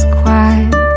quiet